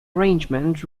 arrangement